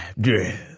dress